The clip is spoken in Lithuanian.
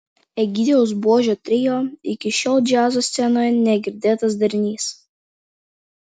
egidijaus buožio trio iki šiol džiazo scenoje negirdėtas darinys